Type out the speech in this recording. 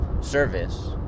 service